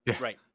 Right